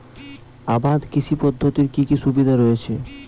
আবাদ কৃষি পদ্ধতির কি কি সুবিধা রয়েছে?